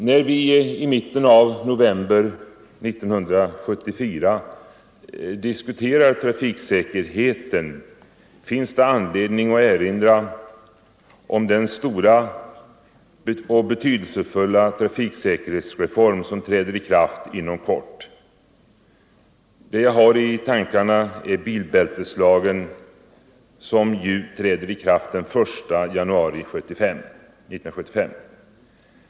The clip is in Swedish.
När vi i mitten av november 1974 diskuterar trafiksäkerheten finns det anledning att erinra om den stora och betydelsefulla trafiksäkerhetsreform som träder i kraft inom kort. Det jag har i tankarna är bilbälteslagen, som ju träder i kraft den 1 januari 1975.